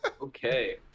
Okay